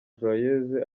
joyeuse